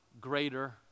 greater